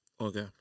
Okay